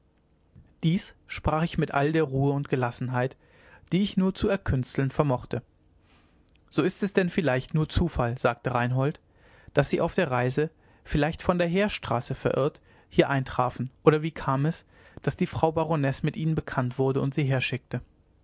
dies sprach ich mit all der ruhe und gelassenheit die ich nur zu erkünsteln vermochte so ist es denn vielleicht nur zufall sagte reinhold daß sie auf der reise vielleicht von der heerstraße verirrt hier eintrafen oder wie kam es daß die frau baronesse mit ihnen bekannt wurde und sie herschickte